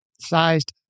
sized